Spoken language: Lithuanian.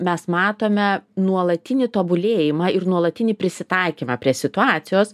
mes matome nuolatinį tobulėjimą ir nuolatinį prisitaikymą prie situacijos